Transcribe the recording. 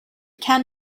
can